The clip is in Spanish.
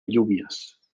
lluvias